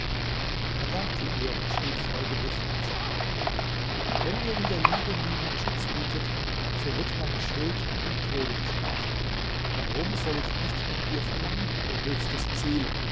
er dankte ihr und schrieb folgende verse wenn mir in der liebe niemand schutz bietet so wird meine schuld mit dem tode bestraft warum soll ich nicht nach dir verlangen o höchstes ziel